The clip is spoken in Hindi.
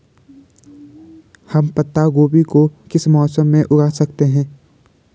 हम पत्ता गोभी को किस मौसम में उगा सकते हैं?